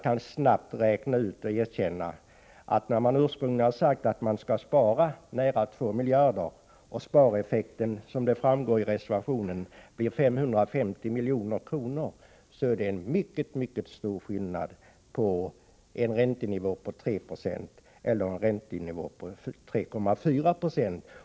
Man sade ursprungligen att man skulle spara nära 2 miljarder. Spareffekten blir nu, som framgår av reservationen, 550 milj.kr. Det är alltså en mycket, mycket 'stor skillnad mellan en räntenivå på 3,0 76 och en räntenivå på 3,4 Zo.